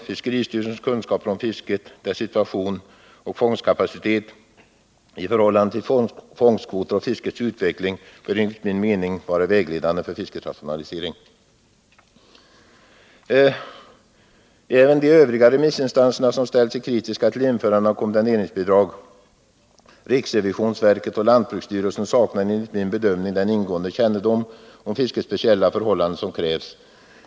Fiskeristyrelsens kunskaper om fisket, dess situation och fångstkapacitet i förhållande till fångstkvoter och fiskets utveckling bör enligt min mening vara vägledande för fiskets rationalisering. Även de övriga remissinstanser som ställt sig kritiska till införande av kondemneringsbidrag — riksrevisionsverket och lantbruksstyrelsen — saknar enligt min bedömning den ingående kännedom om fiskets speciella förhållanden som krävs.